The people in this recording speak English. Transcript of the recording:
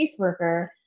caseworker